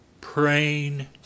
praying